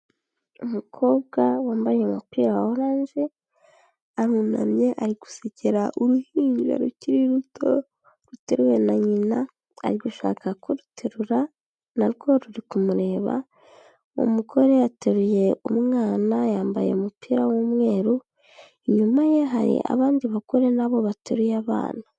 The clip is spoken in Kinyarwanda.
Umukobwa wambaye umupira wa orange, arunamye ari gusekera uruhinja, rukiri ruto ruteruwe na nyina, ari gushaka kuruterura na rwo ruri kumureba, umugore ateruye umwana yambaye umupira w'umweru, inyuma ye hari abandi bagore na bo bateruye abana.